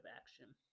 action